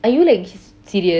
are you like serious